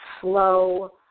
Slow